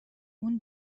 اون